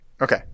Okay